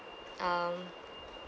um